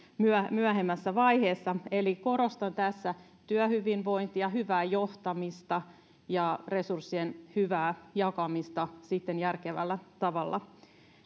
myöhemmässä vaiheessa eli korostan tässä työhyvinvointia hyvää johtamista ja resurssien hyvää jakamista järkevällä tavalla